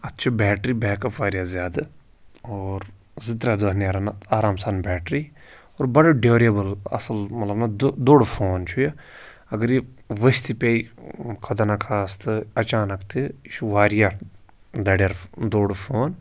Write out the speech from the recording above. اَتھ چھِ battery backup واریاہ زیادٕ اور زٕ ترٛےٚ دۄہ نیران آرام سان بیٹرٛی اور بَڑٕ ڈیوٗریبٕل اَصٕل مطلب نہ دُ دوٚر فون چھُ یہِ اگر یہِ ؤسۍ تہِ پیٚیہِ خۄدا ناخواستہٕ اچانک تہِ یہِ چھُ واریاہ دَرٮ۪ر دوٚر فون